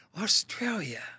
Australia